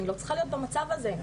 אני לא צריכה להיות במצב הזה.